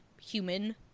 human